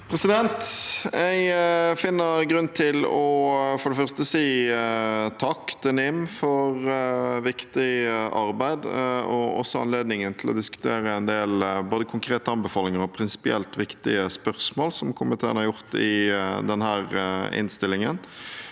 for det første grunn til å si takk til NIM for et viktig arbeid, og også for anledningen til å diskutere en del konkrete anbefalinger og prinsipielt viktige spørsmål, som komiteen har gjort i denne innstillingen.